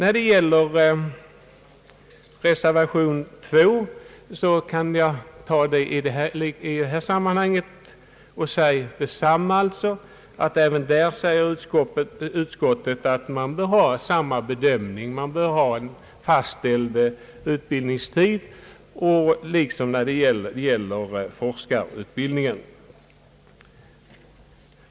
Även i fråga om reservation 2 säger utskottet att man bör ha samma bedömning, man bör ha en fastställd utbildningstid liksom när det gäller forskarutbildningen.